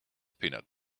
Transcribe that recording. peanut